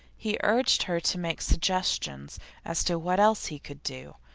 he urged her to make suggestions as to what else he could do,